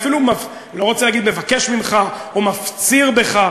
אני אפילו לא רוצה להגיד מבקש ממך או מפציר בך,